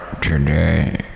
today